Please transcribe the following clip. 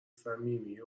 صمیمی